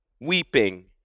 weeping